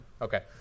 okay